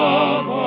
Love